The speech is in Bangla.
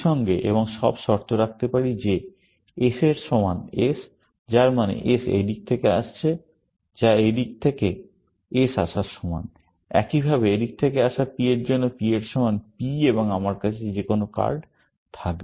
এই সঙ্গে এবং সব শর্ত রাখতে পারি যে S এর সমান S যার মানে S এই দিক থেকে আসছে যা এই দিক থেকে S আসার সমান একইভাবে এদিক থেকে আসা P এর জন্য P এর সমান P এবং আমার কাছে যে কোনো কার্ড থাকবে